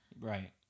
Right